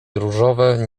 różowe